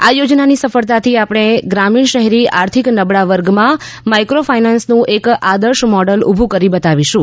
આ યોજનાની સફળતાથી આપણે ગ્રામીણ શહેરી આર્થિક નબળા વર્ગમાં માઇક્રોફાઇનાન્સનું એક આદર્શ મોડલ ઊભું કરી બતાવીશું